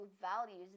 values